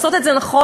לעשות את זה נכון,